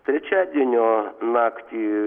trečiadienio naktį